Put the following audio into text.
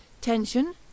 Tension